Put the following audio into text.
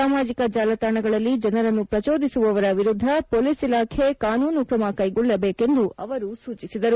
ಸಾಮಾಜಿಕ ಜಾಲಾತಾಣಗಳಲ್ಲಿ ಜನರನ್ನು ಪ್ರಚೋದಿಸುವವರ ವಿರುದ್ದ ಪೋಲೀಸ್ ಇಲಾಖೆ ಕಾನೂನು ಕ್ರಮ ಕೈಗೊಳ್ಳಬೇಕೆಂದು ಅವರು ಸೂಚಿಸಿದರು